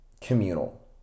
communal